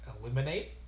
eliminate